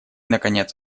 наконец